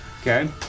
Okay